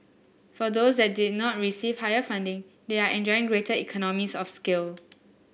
for those that did not receive higher funding they are enjoying greater economies of scale